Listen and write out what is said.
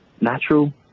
Natural